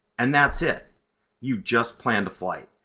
and that's it you just planned a flight!